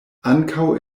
ankaŭ